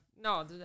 No